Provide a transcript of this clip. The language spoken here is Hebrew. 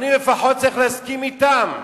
לפחות אני צריך להסכים אתן.